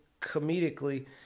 comedically